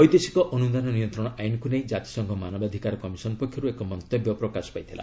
ବୈଦେଶିକ ଅନୁଦାନ ନିୟନ୍ତ୍ରଣ ଆଇନକୁ ନେଇ ଜାତିସଂଘ ମାନବାଧିକାର କମିଶନ ପକ୍ଷରୁ ଏକ ମନ୍ତବ୍ୟ ପ୍ରକାଶ ପାଇଥିଲା